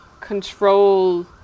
control